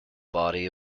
body